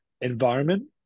environment